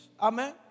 Amen